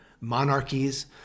monarchies